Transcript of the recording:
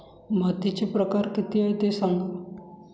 मातीचे प्रकार किती आहे ते सांगा